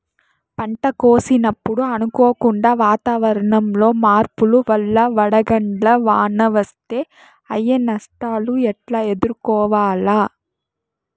పంట కోసినప్పుడు అనుకోకుండా వాతావరణంలో మార్పుల వల్ల వడగండ్ల వాన వస్తే అయ్యే నష్టాలు ఎట్లా ఎదుర్కోవాలా?